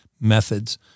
methods